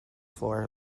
floor